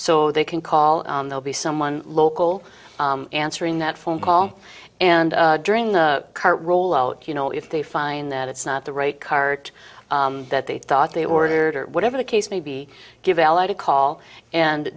so they can call they'll be someone local answering that phone call and during the car roll out you know if they find that it's not the right cart that they thought they ordered or whatever the case may be give ally to call and